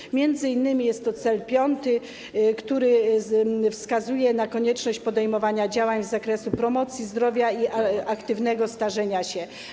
Jest m.in. to cel piąty, który wskazuje na konieczność podejmowania działań z zakresu promocji zdrowia i aktywnego starzenia się.